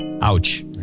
Ouch